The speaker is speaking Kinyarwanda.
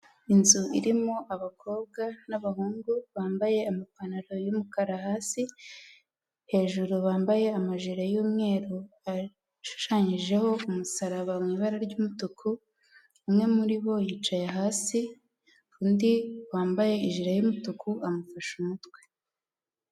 Inzu irimo abakobwa n'abahungu, bambaye amapantaro y'umukara hasi, hejuru bambaye amajire y'umweru, ashushanyijeho umusaraba mu ibara ry'umutuku, umwe muri bo yicaye hasi, undi wambaye ijire y'umutuku amufashe umutwe.